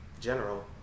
general